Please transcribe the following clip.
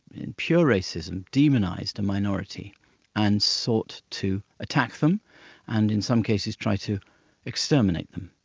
in pure racism demonised a minority and sought to attack them and in some cases trying to exterminate them.